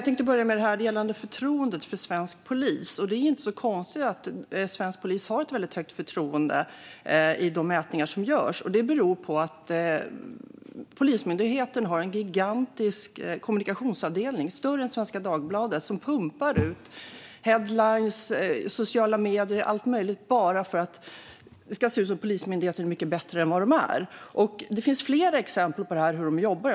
Fru talman! Jag tänkte börja med förtroendet för svensk polis. Det är inte så konstigt att svensk polis får ett väldigt högt förtroende i de mätningar som görs. Det beror på att Polismyndigheten har en gigantisk kommunikationsavdelning, större än Svenska Dagbladet, som pumpar ut headlines i sociala medier och allt möjligt bara för att det ska se ut som om Polismyndigheten är mycket bättre än vad de är. Det finns flera exempel på hur de jobbar.